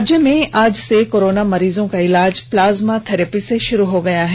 राज्य में आज से कोरोना मरीजों का इलाज प्लाज्मा थेरेपी से भी शुरू हो गया है